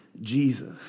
Jesus